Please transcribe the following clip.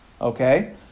Okay